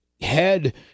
Head